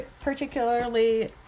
particularly